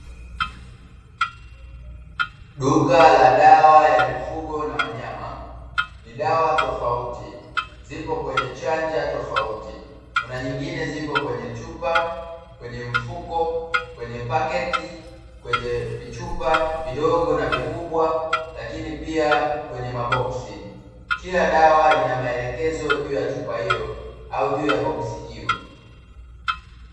Duka la dawa ya mifugo na wanyama, ni dawa tofauti ziko kwenye chanja tofauti. Kuna nyingine zipo kwenye chupa, kwenye mfuko, kwenye paketi, kwenye vichupa vidogo na vikubwa lakini pia kwenye maboksi kila dawa ina maelekezo juu ya chupa hiyo au juu ya boksi hio.